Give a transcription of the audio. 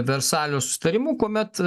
versalio susitarimu kuomet